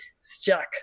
stuck